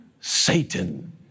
Satan